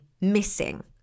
missing